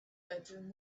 bedroom